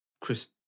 Chris